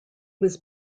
was